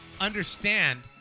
understand